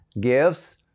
gifts